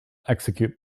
execute